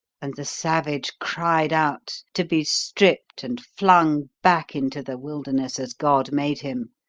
and the savage cried out to be stripped and flung back into the wilderness as god made him,